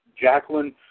Jacqueline